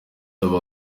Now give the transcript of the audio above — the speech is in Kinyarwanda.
dufite